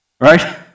right